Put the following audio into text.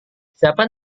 siapa